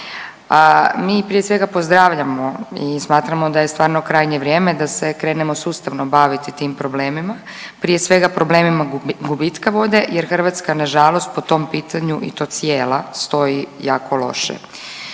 Mi prije svega pozdravljamo i smatramo da je stvarno krajnje vrijeme da se krenemo sustavno baviti tim problemima. Prije svega problemima gubitka vode jer Hrvatska nažalost po tom pitanju i to cijela stoji jako loše.